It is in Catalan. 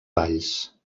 valls